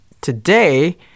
today